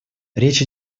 речь